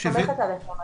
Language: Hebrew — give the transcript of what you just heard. אני סומכת עליכם.